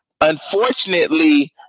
unfortunately